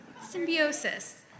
Symbiosis